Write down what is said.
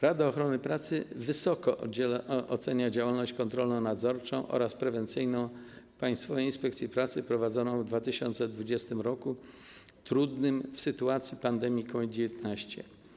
Rada Ochrony Pracy wysoko ocenia działalność kontrolno-nadzorczą oraz prewencyjną Państwowej Inspekcji Pracy prowadzoną w 2020 r., trudnym, w sytuacji pandemii COVID-19.